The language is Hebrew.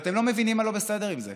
אתם לא מבינים מה לא בסדר עם זה.